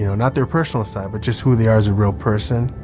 you know not their personal side but just who they are as a real person,